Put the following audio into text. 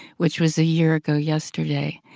which was a year ago yesterday.